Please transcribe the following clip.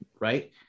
right